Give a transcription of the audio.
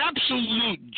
absolute